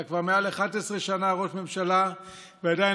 אתה כבר למעלה מ-11 שנה ראש ממשלה ועדיין